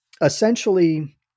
essentially